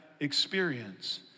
Experience